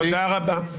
תודה רבה.